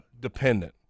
dependent